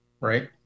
right